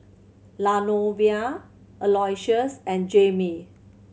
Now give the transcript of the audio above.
Lavonia Aloysius and Jaimee